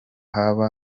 hoba